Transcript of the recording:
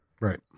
Right